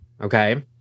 Okay